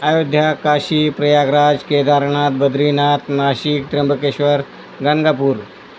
Ayodhya Kashi Prayagraj Kedarnath Badrinath Nashik Trimbakeshwar Ganagapur